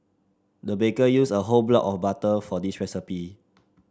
the baker used a whole block of butter for this recipe